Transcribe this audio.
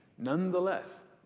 nonetheless,